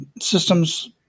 systems